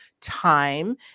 time